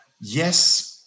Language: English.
Yes